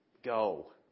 Go